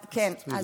כן.